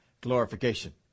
glorification